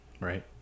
Right